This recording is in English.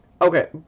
Okay